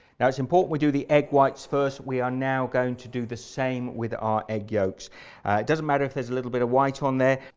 now it's important we do the egg whites first we are now going to do the same with our egg yolks it doesn't matter if there's little bit a white on there,